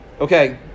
Okay